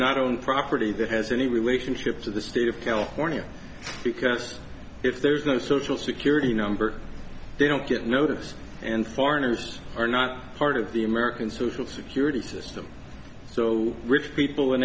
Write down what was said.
not own property that has any relationship to the state of california because if there's no social security number they don't get notice and foreigners are not part of the american social security system so rich people in